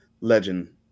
legend